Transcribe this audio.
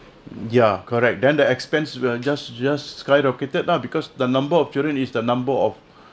ya correct then the expense will just just skyrocketed lah because the number of children is the number of